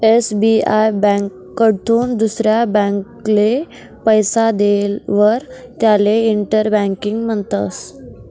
SBI ब्यांककडथून दुसरा ब्यांकले पैसा देयेलवर त्याले इंटर बँकिंग म्हणतस